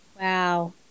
wow